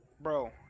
Bro